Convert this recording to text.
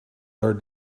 are